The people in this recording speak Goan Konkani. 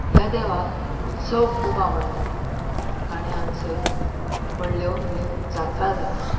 ह्या देवाक उत्सव खूब आवडटात आनी हांगासर व्हडल्यो व्हडल्यो जात्रा जातात